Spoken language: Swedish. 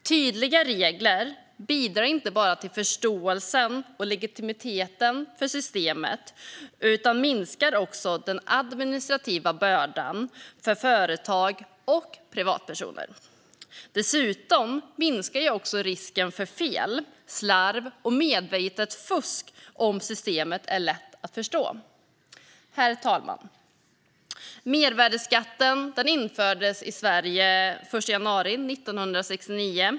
Tydliga regler bidrar inte bara till förståelse och legitimitet för skattesystemet utan minskar också den administrativa bördan för företag och privatpersoner. Dessutom minskar också risken för fel, slarv och medvetet fusk om systemet är lätt att förstå. Herr talman! Mervärdesskatten infördes i Sverige den 1 januari 1969.